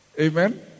Amen